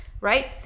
Right